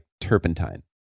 turpentine